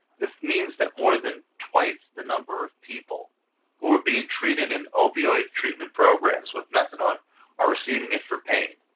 this means that more than twice the number of people who are being treated in opioid treatment programs with methadone are receiving it for pain,